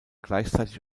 gleichzeitig